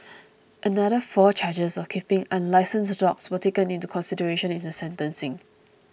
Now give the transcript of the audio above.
another four charges of keeping unlicensed dogs were taken into consideration in her sentencing